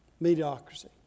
mediocrity